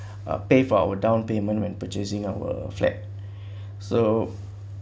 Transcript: uh pay for our down payment when purchasing our flat so